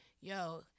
yo